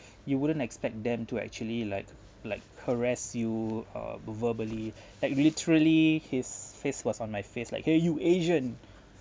you wouldn't expect them to actually like like harass you uh ber~ verbally like literally his face was on my face like !hey! you asian